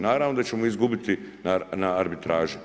Naravno da ćemo izgubiti na arbitraži.